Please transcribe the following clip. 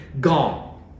gone